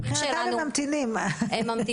הממשקים שלנו --- מבחינתם הם ממתינים.